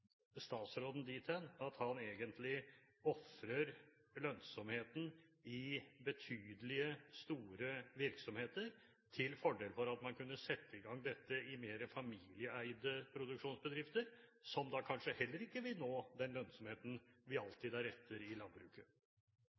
statsråden dit hen at han egentlig ofrer lønnsomheten i betydelig store virksomheter til fordel for å kunne sette i gang dette i familieeide produksjonsbedrifter, som kanskje heller ikke vil nå den lønnsomheten vi alltid er ute etter i landbruket?